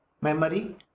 memory